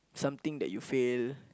something that you fail